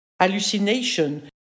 hallucination